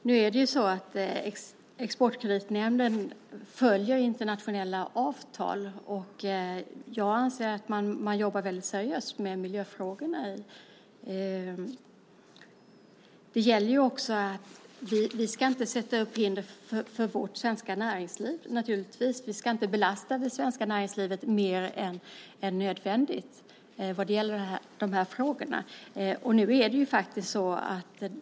Fru talman! Exportkreditnämnden följer internationella avtal, och jag anser att man jobbar väldigt seriöst med miljöfrågorna. Vi ska naturligtvis inte sätta upp fler hinder och belasta det svenska näringslivet mer än nödvändigt när det gäller dessa frågor.